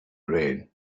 red